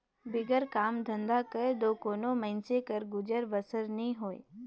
बिगर काम धंधा कर दो कोनो मइनसे कर गुजर बसर नी होए